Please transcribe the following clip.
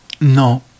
No